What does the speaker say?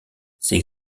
ses